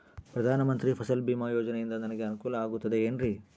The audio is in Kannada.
ಪ್ರಧಾನ ಮಂತ್ರಿ ಫಸಲ್ ಭೇಮಾ ಯೋಜನೆಯಿಂದ ನನಗೆ ಅನುಕೂಲ ಆಗುತ್ತದೆ ಎನ್ರಿ?